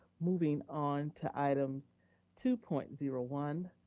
moving on to items two point zero one.